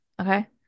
Okay